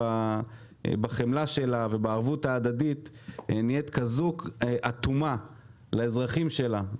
בחמלה שלה ובערבות ההדדית נהיית כזו אטומה לאזרחים שלה.